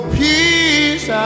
peace